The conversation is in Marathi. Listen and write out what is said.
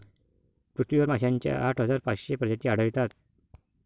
पृथ्वीवर माशांच्या आठ हजार पाचशे प्रजाती आढळतात